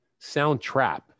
Soundtrap